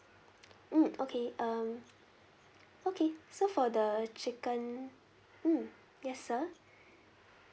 mm okay um okay so for the chicken mm yes sir